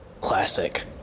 Classic